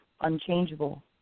unchangeable